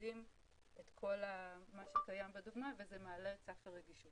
מודדים את כל מה שקיים בדוגמה וזה מעלה את סף הרגישות.